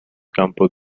campos